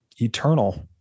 eternal